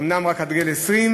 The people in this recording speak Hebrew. אומנם רק עד גיל 20,